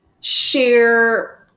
share